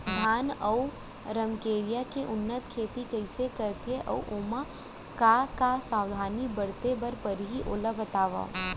धान अऊ रमकेरिया के उन्नत खेती कइसे करथे अऊ ओमा का का सावधानी बरते बर परहि ओला बतावव?